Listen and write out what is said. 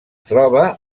troba